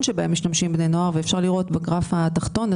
העישון בהם משתמשים בני נוער ואפשר לראות בגרף התחתון,